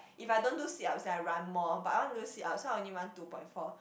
if I don't do sit ups then I run more but I want to do sit ups so I only run two point four